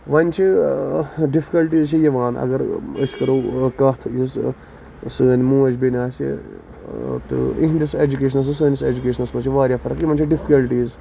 وۄنۍ چھِ ڈِفکَلٹیٖز چھِ یِوان اَگر أسۍ کرو کَتھ یُس سٲنۍ موج بیٚنہِ آسہِ تہٕ یِہندِس ایجُوکیشنَس تہٕ سٲنِس ایجُوکیشنس منٛز چھِ واریاہ فرق یِمن چھِ ڈِفکَلٹیٖز